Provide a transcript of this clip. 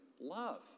love